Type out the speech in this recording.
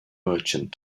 merchant